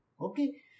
Okay